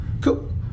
cool